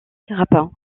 rapin